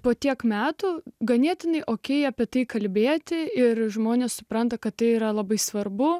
po tiek metų ganėtinai o kiek apie tai kalbėti ir žmonės supranta kad tai yra labai svarbu